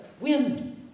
wind